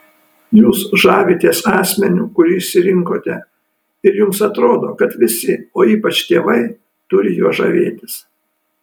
jūs žavitės asmeniu kurį išsirinkote ir jums atrodo kad visi o ypač tėvai turi juo žavėtis